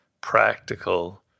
practical